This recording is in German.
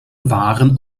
waren